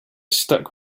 stuck